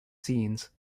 scenes